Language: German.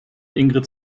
ingrid